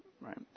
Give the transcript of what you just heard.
right